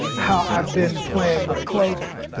how i've been playing with clothing.